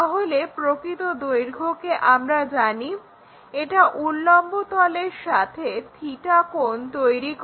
তাহলে প্রকৃত দৈর্ঘ্যকে আমরা জানি এটা উল্লম্ব তলের সাথে কোণ তৈরি করে